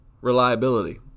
reliability